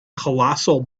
colossal